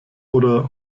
oder